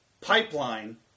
pipeline